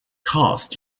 caused